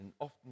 Often